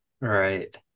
Right